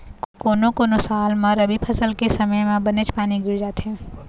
कोनो कोनो साल म रबी फसल के समे म बनेच पानी गिर जाथे